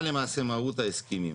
מה למעשה מהות ההסכמים?